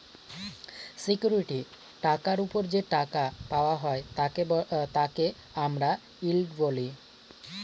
security টাকার ওপর যে টাকা পাওয়া হয় তাকে আমরা ইল্ড বলি